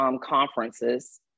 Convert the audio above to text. conferences